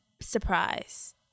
surprise